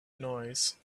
noise